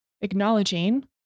acknowledging